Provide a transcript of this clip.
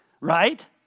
right